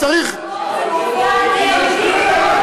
אז צריך, אולי כי הרוב,